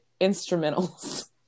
instrumentals